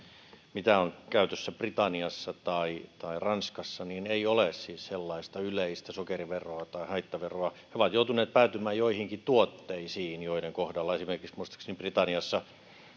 mitä on käytössä britanniassa tai tai ranskassa ei ole siis sellaista yleistä sokeriveroa tai haittaveroa he ovat joutuneet päätymään joihinkin tuotteisiin joiden kohdalla esimerkiksi muistaakseni britanniassa